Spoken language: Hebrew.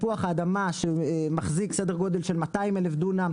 תפוח אדמה שהוא מחזיק סדר גודל של 200 אלף דונם,